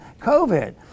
COVID